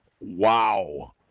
Wow